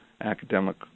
academic